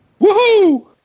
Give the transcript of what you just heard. Woohoo